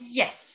yes